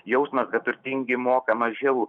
jausmas kad turtingi moka mažiau